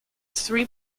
three